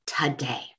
today